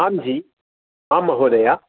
आं जि आं महोदय